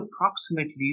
approximately